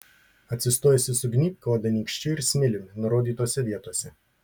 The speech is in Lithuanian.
atsistojusi sugnybk odą nykščiu ir smiliumi nurodytose vietose